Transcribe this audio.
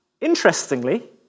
interestingly